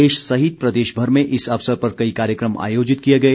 देश सहित प्रदेश भर में इस अवसर पर कई कार्यक्रम आयोजित किए गए